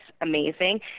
amazing